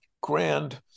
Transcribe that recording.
grand